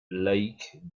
laïque